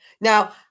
Now